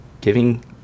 Giving